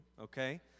Okay